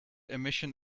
emission